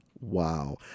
Wow